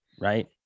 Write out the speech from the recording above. right